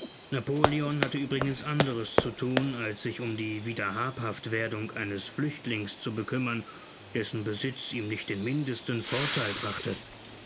napoleon hatte übrigens anderes zu thun als sich um die wiederhabhaftwerdung eines flüchtlings zu bekümmern dessen besitz ihm nicht den mindesten vortheil brachte